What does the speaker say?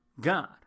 God